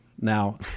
Now